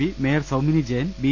P mayor Soumini Jain B